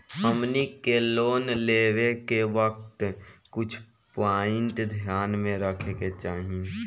हमनी के लोन लेवे के वक्त कुछ प्वाइंट ध्यान में रखे के चाही